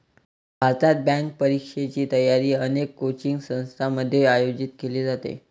भारतात, बँक परीक्षेची तयारी अनेक कोचिंग संस्थांमध्ये आयोजित केली जाते